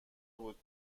بود